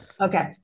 Okay